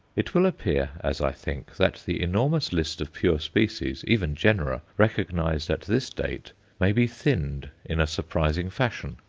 it will appear, as i think, that the enormous list of pure species even genera recognized at this date may be thinned in a surprising fashion.